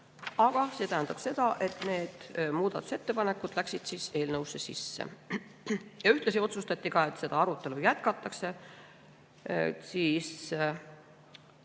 See tähendab seda, et need muudatusettepanekud läksid eelnõusse sisse. Ühtlasi otsustati, et seda arutelu jätkatakse